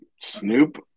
Snoop